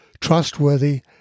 trustworthy